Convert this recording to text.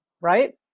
right